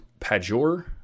Pajor